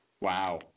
Wow